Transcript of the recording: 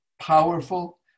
powerful